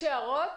הערות?